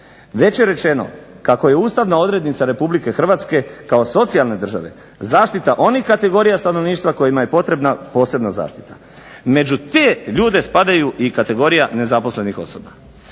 Već je rečeno kako je ustavna odrednica Republike Hrvatske kao socijalne države zaštita onih kategorija stanovništva kojima je potrebna posebna zaštita. Među te ljude spadaju i kategorija nezaposlenih osoba.